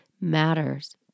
matters